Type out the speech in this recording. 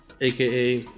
AKA